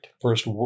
first